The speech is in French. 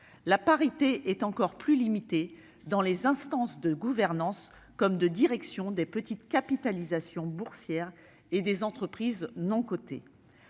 La parité est encore plus limitée dans les instances de gouvernance et de direction des entreprises à petite capitalisation boursière et des entreprises non cotées.